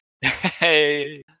Hey